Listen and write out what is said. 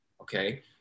Okay